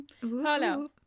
Hello